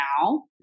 now